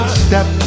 step